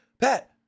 Pat